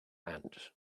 and